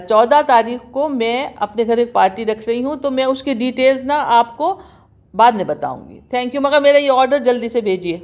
چودہ تاریخ کو میں اپنے گھر ایک پارٹی رکھ رہی ہوں تو میں اس کی ڈیٹیلس نا آپ کو بعد میں بتاؤں گی تھینک یو مگر میرا یہ آرڈر جلدی سے بھیجئے